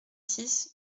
six